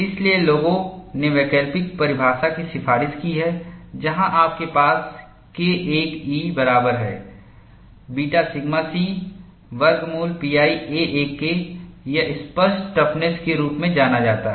इसलिए लोगों ने वैकल्पिक परिभाषा की सिफारिश की है जहाँ आपके पास K1e बराबर है बीटा सिग्मा c वर्गमूल pi a1 के यह स्पष्ट टफनेस के रूप में जाना जाता है